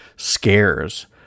scares